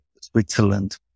Switzerland